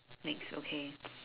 next okay